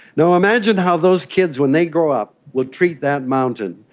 now, imagine how those kids when they grow up will treat that mountain,